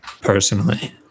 personally